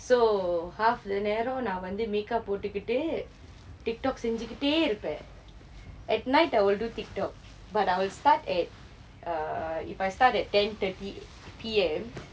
so half the நேரம் நான் வந்து:naeram naan vanthu make up போட்டுக்குட்டு:pottukkuttu Tiktok செய்துகிட்டே இருப்பேன்:seythukitte irupen at night I will do Tiktok but I will start at err if I start at ten thirty P_M